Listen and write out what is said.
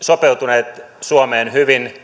sopeutuneet suomeen hyvin